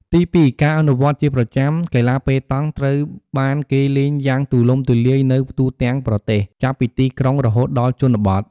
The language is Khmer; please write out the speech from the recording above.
ទីពីរការអនុវត្តន៍ជាប្រចាំ កីឡាប៉េតង់ត្រូវបានគេលេងយ៉ាងទូលំទូលាយនៅទូទាំងប្រទេស ចាប់ពីទីក្រុងរហូតដល់ជនបទ។